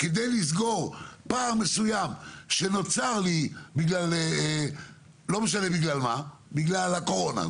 על מנת לסגור את הפער המסוים שנוצר בגלל סיבה כזו או אחרת,